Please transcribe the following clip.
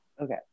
Okay